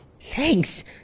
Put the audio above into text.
Thanks